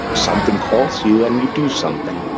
but something calls you and you do something.